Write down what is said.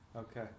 Okay